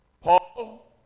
Paul